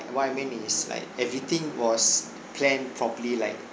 what I mean is like everything was planned properly like